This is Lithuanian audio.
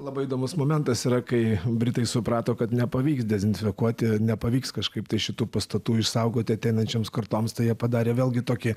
labai įdomus momentas yra kai britai suprato kad nepavyks dezinfekuoti nepavyks kažkaip tai šitų pastatų išsaugoti ateinančioms kartoms tai jie padarė vėlgi tokį